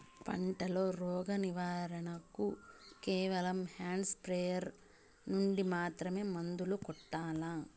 పంట లో, రోగం నివారణ కు కేవలం హ్యాండ్ స్ప్రేయార్ యార్ నుండి మాత్రమే మందులు కొట్టల్లా?